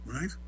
right